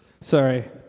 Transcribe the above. Sorry